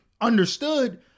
understood